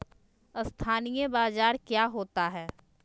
अस्थानी बाजार क्या होता है?